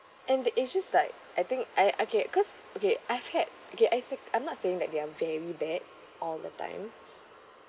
and the it's just like I think I okay cause okay I've had okay I said I'm not saying that they are very bad all the time